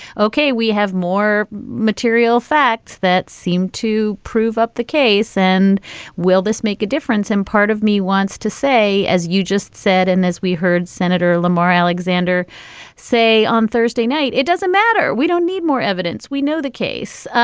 ok, we have more material facts that seem to prove up the case. and will this make a difference in part of me wants to say, as you just said and as we heard senator lamar alexander say on thursday night, it doesn't matter we don't need more evidence. we know the case.